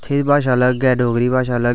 उत्थै भाशा अलग ऐ डोगरी भाशा अलग ऐ